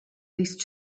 least